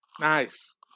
Nice